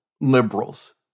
liberals